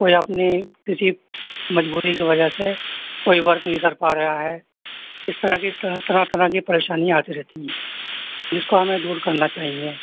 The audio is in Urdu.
کوئی اپنی کسی مجبوری کی وجہ سے کوئی ورک نہیں کر پا رہا ہے اس طرح کی طرح طرح کی پریشانیاں آتی رہتی ہیں جس کو ہمیں دور کرنا چاہیے